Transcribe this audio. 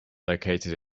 located